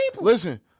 listen